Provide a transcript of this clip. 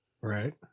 Right